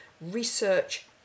research